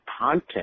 content